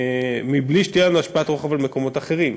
בלי שתהיה לנו השפעת רוחב על מקומות אחרים.